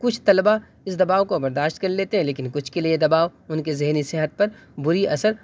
کچھ طلبا اس دباؤ کو برداشت کر لیتے ہیں لیکن کچھ کے لیے دباؤ ان کے ذہنی صحت پر بری اثر